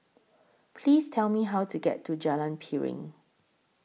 Please Tell Me How to get to Jalan Piring